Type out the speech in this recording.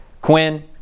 Quinn